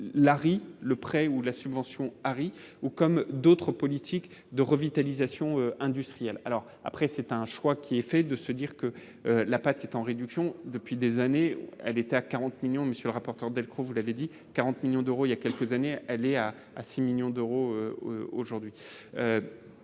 Larry. Le prêt ou la subvention Harry ou comme d'autres politiques de revitalisation industrielle alors après c'est un choix qui est fait de se dire que la pâte est en réduction depuis des années, elle État 40 millions, monsieur le rapporteur Delcros, vous l'avez dit 40 millions d'euros il y a quelques années, elle est à à 6 millions d'euros aujourd'hui,